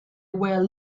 were